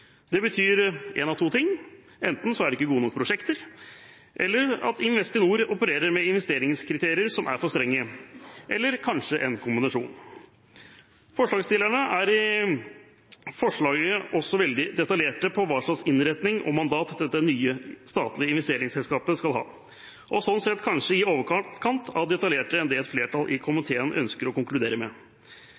Det betyr én av to ting, enten at det ikke er gode nok prosjekter, eller at Investinor opererer med investeringskriterier som er for strenge – eller kanskje en kombinasjon. Forslagsstillerne er i forslaget også veldig detaljerte med hensyn til hva slags innretning og mandat dette nye statlige investeringsselskapet skal ha, og slik sett kanskje i overkant mer detaljerte enn det et flertall i komiteen ønsker å konkludere med.